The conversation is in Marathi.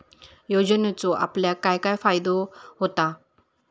योजनेचो आपल्याक काय काय फायदो होता?